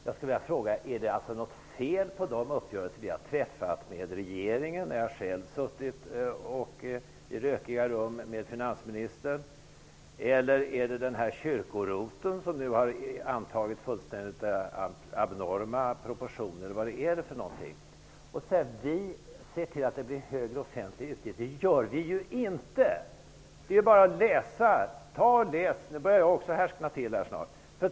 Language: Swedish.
Jag skulle vilja fråga: Är det något fel på de uppgörelser som vi har träffat med regeringen -- jag har själv suttit i rökiga rum med finansministern -- eller är det denna kyrko-ROT som nu har antagit fullständigt abnorma proportioner eller vad är det för något? Finansministern säger att vi ser till att det blir högre offentliga utgifter. Det gör vi ju inte. Nu börjar jag också att härskna till här snart.